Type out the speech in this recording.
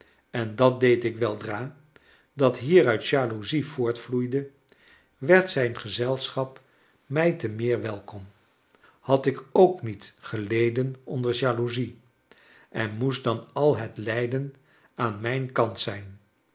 en dat deed ik weldra dat hieruit jaloezie voortvloeide werd zijn gezelschap mij te meer welkom had ik ook niet geleden onder jaloezie en moest dan al het lijden aan mijn kant zijn